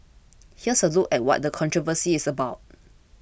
here's a look at what the controversy is about